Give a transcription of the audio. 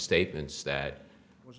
statements that was